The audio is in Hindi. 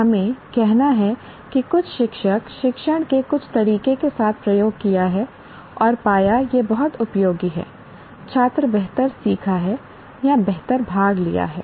हमें कहना है कि कुछ शिक्षक शिक्षण के कुछ तरीके के साथ प्रयोग किया है और पाया यह बहुत उपयोगी हैI छात्र बेहतर सीखा है या बेहतर भाग लिया है